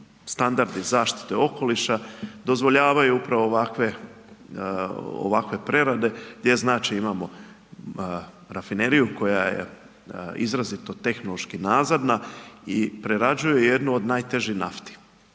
standardi zaštite okoliša, dozvoljavaju upravo ovakve prerade, gdje znači imamo rafineriju koja je izrazito tehnički nazadna i prerađuje jednu od najtežih nafti.